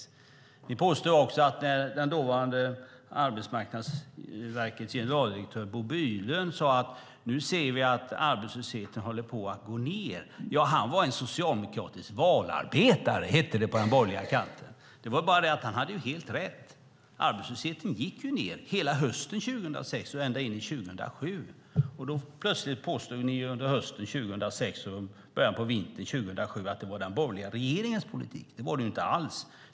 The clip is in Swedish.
Ni påstod på den borgerliga kanten att när den dåvarande Arbetsmarknadsstyrelsens generaldirektör Bo Bylund sade att arbetslösheten sjunker var han en socialdemokratisk valarbetare. Det var bara det att han hade helt rätt. Arbetslösheten sjönk hela hösten 2006 och ända in i 2007. Då påstod ni under hösten 2006 och i början av vintern 2007 att det var tack vare den borgerliga regeringens politik. Det var det inte alls.